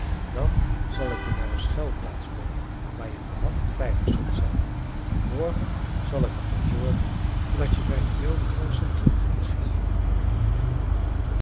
dan zal ik je naar een schuilplaats brengen waar je van nacht veilig zult zijn morgen zal ik er voor zorgen dat je bij de wilde ganzen terugkomt